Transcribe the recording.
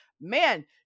man